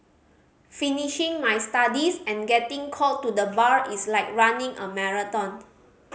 finishing my studies and getting called to the Bar is like running a marathon